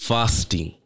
Fasting